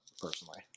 personally